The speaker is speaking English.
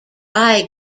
eye